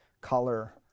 color